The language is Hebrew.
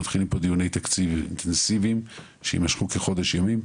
מתחילים פה דיוני תקציב מסיביים שיימשכו כחודש ימים,